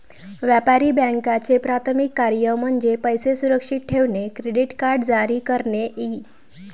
व्यापारी बँकांचे प्राथमिक कार्य म्हणजे पैसे सुरक्षित ठेवणे, क्रेडिट कार्ड जारी करणे इ